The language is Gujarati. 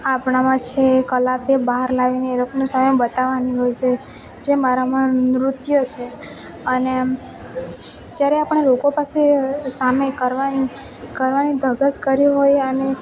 આપણામાં છે એ કલા તે બહાર લાવીને એ લોકની સામે બતાવાની હોય છે જે મારામાં નૃત્ય સે અને જ્યારે આપણે લોકો પાસે સામે કરવાની કરવાની ધગશ કરી હોય અને